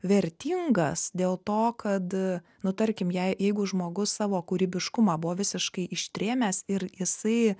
vertingas dėl to kad nu tarkim jei jeigu žmogus savo kūrybiškumą buvo visiškai ištrėmęs ir jisai